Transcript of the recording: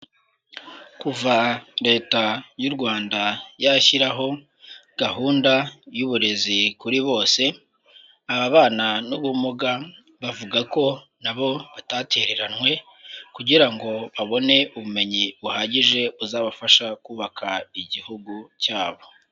Kuva Leta y'u Rwanda yashyiraho gahunda y'uburezi kuri bose, ababana n'ubumuga bavuga ko nabo batatereranywe kugira ngo babone ubumenyi buhagije buzabafasha kubaka igihugu cyabo.